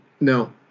no